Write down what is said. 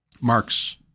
Marx